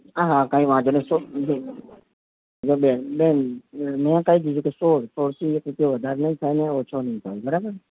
હા હા કંઈ વાંધો નહીં જો બેન બેન મેં કહી દીધું સોળ પછી સોળથી પછી એક રૂપિયો વધારે નહીં થાય અને એક રૂપિયો ઓછો નહીં થાય બરાબર